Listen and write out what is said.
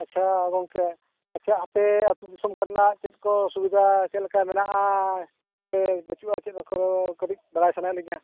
ᱟᱪᱪᱷᱟ ᱜᱚᱢᱠᱮ ᱟᱪᱪᱷᱟ ᱟᱯᱮ ᱟᱛᱳ ᱫᱤᱥᱚᱢ ᱪᱮᱫ ᱠᱚ ᱚᱥᱩᱵᱤᱫᱟ ᱪᱮᱫᱠᱟ ᱢᱮᱱᱟᱜᱼᱟ ᱥᱮ ᱵᱟᱹᱪᱩᱜᱼᱟ ᱪᱮᱫ ᱠᱚ ᱠᱟᱹᱴᱤᱡ ᱵᱟᱲᱟᱭ ᱥᱟᱱᱟᱭᱮᱫ ᱞᱤᱧᱟ